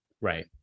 Right